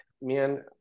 Man